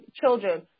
children